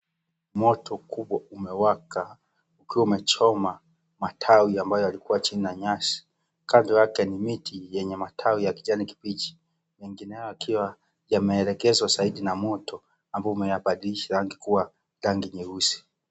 Moto kubwa umewaka ukiwa umechoma matawi ambayo yalikuwa chini na nyasi ,kando yake ni miti yenye majani ya kijani kibichi mengineo yakiwa yameelekezwa saidi na moto ambayo umeyabadilisha ranyi kuwa rangi nyeusi.